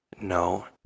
no